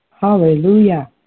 Hallelujah